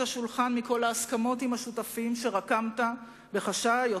השולחן מכל ההסכמות עם השותפים שרקמת בחשאי,